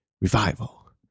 Revival